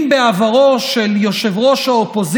אם בעברו של ראש האופוזיציה